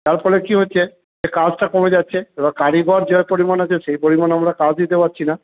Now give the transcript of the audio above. তার ফলে কী হচ্ছে কাজটা কমে যাচ্ছে এবার কারিগর যে পরিমাণ আছে সেই পরিমাণ আমরা কাজ দিতে পারছি না